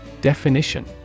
Definition